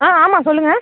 ஆ ஆமாம் சொல்லுங்க